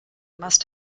must